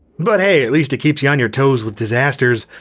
but hey, at least it keeps you on your toes with disasters.